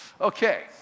Okay